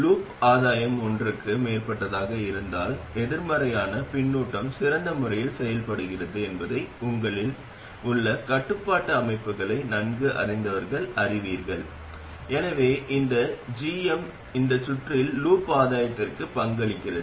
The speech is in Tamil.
லூப் ஆதாயம் ஒன்றுக்கு மேற்பட்டதாக இருந்தால் எதிர்மறையான பின்னூட்டம் சிறந்த முறையில் செயல்படுகிறது என்பதை உங்களில் உள்ள கட்டுப்பாட்டு அமைப்புகளை நன்கு அறிந்தவர்கள் அறிவீர்கள் எனவே இந்த ஜிஎம் இந்தச் சுற்றில் லூப் ஆதாயத்திற்கு பங்களிக்கிறது